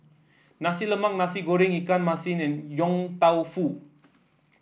Nasi Lemak Nasi Goreng Ikan Masin and Yong Tau Foo